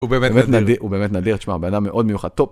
‫הוא באמת נדיר, ‫הוא באמת נדיר, תשמע, בנאדם מאוד מיוחד. טוב...